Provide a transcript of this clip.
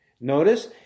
Notice